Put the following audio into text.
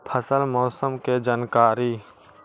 फसल मौसम के जानकारी?